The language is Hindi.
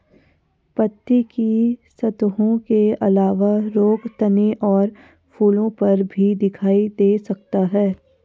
पत्ती की सतहों के अलावा रोग तने और फूलों पर भी दिखाई दे सकता है